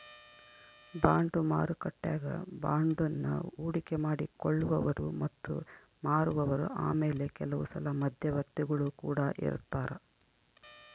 bond ಮಾರುಕಟ್ಟೆಗ ಬಾಂಡನ್ನ ಹೂಡಿಕೆ ಮಾಡಿ ಕೊಳ್ಳುವವರು ಮತ್ತೆ ಮಾರುವವರು ಆಮೇಲೆ ಕೆಲವುಸಲ ಮಧ್ಯವರ್ತಿಗುಳು ಕೊಡ ಇರರ್ತರಾ